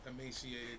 emaciated